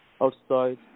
outside